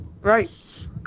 Right